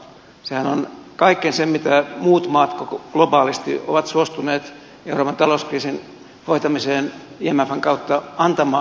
kaikki se mitä muut maat globaalisti ovat suostuneet euroopan talouskriisin hoitamiseen imfn kautta antamaan on käytetty